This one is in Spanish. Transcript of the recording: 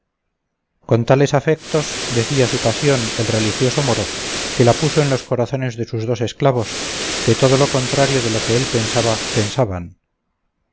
tales afectos decía su pasión el religioso moro que la puso en los corazones de sus dos esclavos que todo lo contrario de lo que él pensaba pensaban